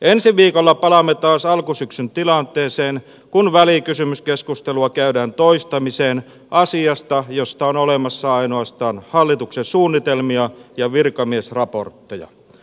ensi viikolla palaamme taas alkusyksyn tilanteeseen kun välikysymyskeskustelua käydään toistamiseen asiasta josta on olemassa ainoastaan hallituksen suunnitelmia ja virkamiesraportteja